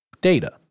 data